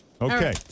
Okay